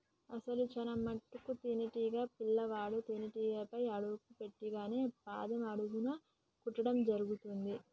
అసలు చానా మటుకు తేనీటీగ పిల్లవాడు తేనేటీగపై అడుగు పెట్టింగానే పాదం అడుగున కుట్టడం జరుగుతుంది